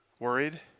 Worried